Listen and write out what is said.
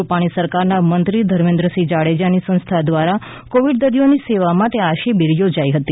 રૂપાણી સરકારના મંત્રી ધર્મેન્દ્રસિંહ જાડેજાની સંસ્થા દ્વારા કોવિડ દર્દીઓની સેવા માટે આ શિબિર થોજાઈ હતી